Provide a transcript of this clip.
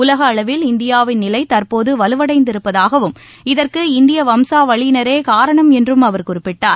உலக அளவில் இந்தியாவின் நிலை தற்போது வலுவடைந்திருப்பதாகவும் இதற்கு இந்திய வம்சாவளியினரே காரணம் என்றும் அவர் குறிப்பிட்டார்